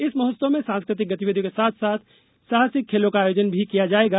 इस महोत्सव में सांस्कृतिक गतिविधियों के साथ साथ साहसिक खेलों का आयोजन भी किया जाएगा